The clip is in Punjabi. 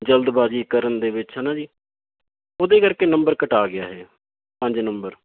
ਜਲਦਬਾਜ਼ੀ ਕਰਨ ਦੇ ਵਿੱਚ ਹੈ ਨਾ ਜੀ ਉਹਦੇ ਕਰਕੇ ਨੰਬਰ ਕਟਾ ਗਿਆ ਇਹ ਪੰਜ ਨੰਬਰ